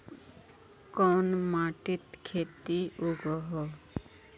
कोन माटित खेती उगोहो?